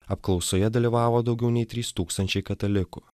apklausoje dalyvavo daugiau nei trys tūkstančiai katalikų